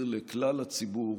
לכלל הציבור,